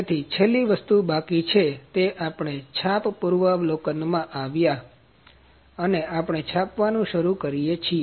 તેથી છેલ્લી વસ્તુ બાકી છે તે આપણે છાપ પૂર્વવલોકનમાં આવ્યા અને આપણે છાપવાનું શરૂ કરીએ છીએ